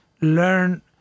Learn